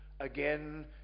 again